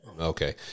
Okay